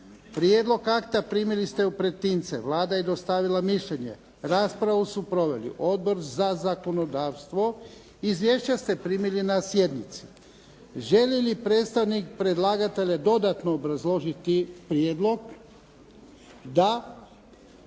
Prijedlog akta primili ste u pretince. Vlada je dostavila mišljenje. Raspravu su proveli Odbor za zakonodavstvo. Izvješća ste primili na sjednici. Želi li predstavnik predlagatelja dodatno obrazložiti prijedlog? Da.